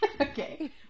okay